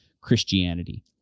Christianity